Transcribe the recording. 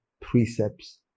precepts